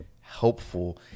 helpful